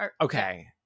Okay